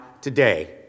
today